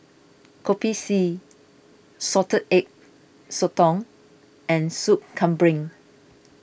Kopi C Salted Egg Sotong and Sop Kambing